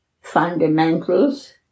fundamentals